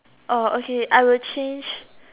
oh okay I will change